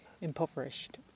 impoverished